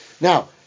now